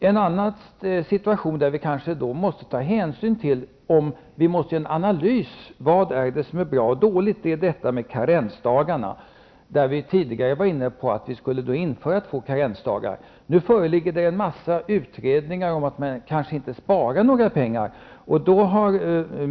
En annan fråga i vilken vi måste ta hänsyn till om vi måste göra en analys av vad som är bra och dåligt, är frågan om karensdagarna. Vi var tidigare inne på att införa två karensdagar. Nu föreligger en mängd utredningar om att man kanske inte sparar några pengar.